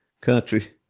country